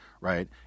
right